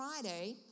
Friday